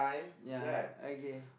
ya okay